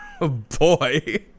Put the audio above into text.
Boy